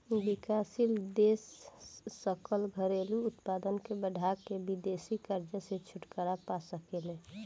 विकासशील देश सकल घरेलू उत्पाद के बढ़ा के विदेशी कर्जा से छुटकारा पा सके ले